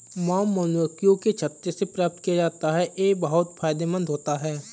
mom मधुमक्खियों के छत्ते से प्राप्त किया जाता है यह बहुत फायदेमंद होता है